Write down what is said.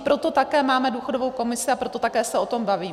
Proto také máme důchodovou komisi a proto také se o tom bavíme.